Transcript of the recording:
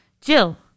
Jill